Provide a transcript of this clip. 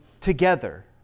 together